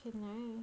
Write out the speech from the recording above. alright